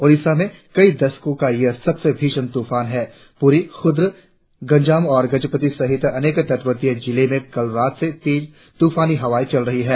ओडिशा में कई दशओं का यह सबसे भीषण त्रफान है पुरी खुर्द गंजाम और गजपति सहित अनेक तटवर्ती जिलों मे कल रात से तेज तूफानी हवाएं चल रही हैं